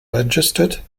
registered